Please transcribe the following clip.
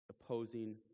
opposing